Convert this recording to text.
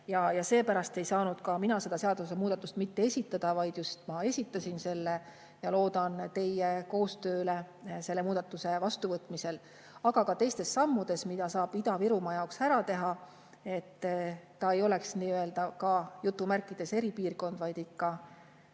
Ja seepärast ei saanud mina seda seadusemuudatust [esitamata jätta]. Ma just nimelt esitasin selle ja loodan teie koostööle selle muudatuse vastuvõtmisel, aga ka teistes sammudes, mida saab Ida-Virumaa jaoks ära teha, et ta ei oleks nii-öelda eripiirkond, vaid ikka